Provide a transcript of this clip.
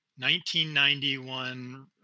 1991